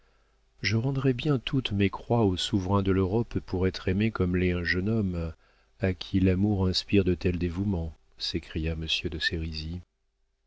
je rendrais bien toutes mes croix aux souverains de l'europe pour être aimé comme l'est un jeune homme à qui l'amour inspire de tels dévouements s'écria monsieur de